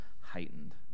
heightened